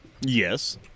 Yes